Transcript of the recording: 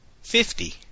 fifty